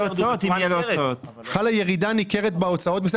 "חלה ירידה ניכרת בהוצאות",